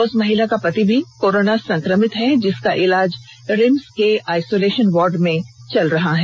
उक्त महिला का पति भी कोरोना संक्रमित है जिसका इलाज रिम्स के आइसोलेशन वार्ड में चल रहा है